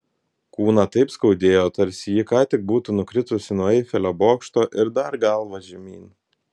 kūną taip skaudėjo tarsi ji ką tik būtų nukritusi nuo eifelio bokšto ir dar galva žemyn